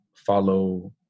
follow